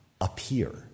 appear